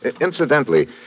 Incidentally